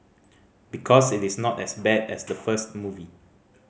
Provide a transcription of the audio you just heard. because it is not as bad as the first movie